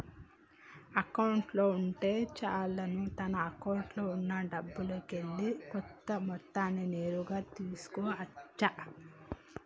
account ఉంటే చాలును తన అకౌంట్లో ఉన్నా డబ్బుల్లోకెల్లి కొంత మొత్తాన్ని నేరుగా తీసుకో అచ్చు